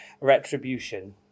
retribution